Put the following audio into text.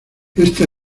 esta